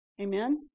Amen